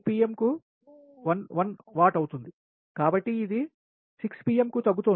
0 అవుతోంది కాబట్టి ఇది 6 pmకుతగ్గుతోంది